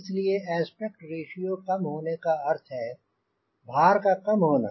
इसलिए aspect ratio कम होने का अर्थ है भार का कम होना